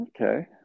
Okay